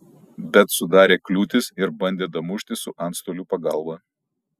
bet sudarė kliūtis ir bandė damušti su antstolių pagalba